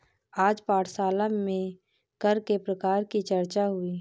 आज पाठशाला में कर के प्रकार की चर्चा हुई